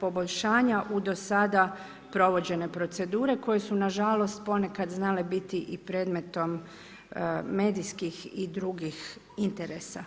poboljšanja u do sada provođene procedure koje su nažalost ponekad znale biti i predmetom medijskih i drugih interesa.